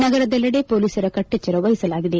ನಗರದೆಲ್ಲೆಡೆ ಪೊಲೀಸರ ಕಟ್ಟೆಚ್ಚರ ವಹಿಸಲಾಗಿದೆ